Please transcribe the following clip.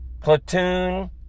Platoon